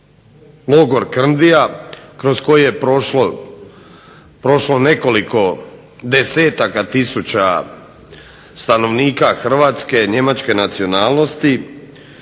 Logor Krndija kroz koji je prošlo nekoliko desetaka tisuća stanovnika Hrvatske, njemačke nacionalnosti